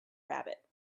rabbit